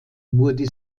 wurde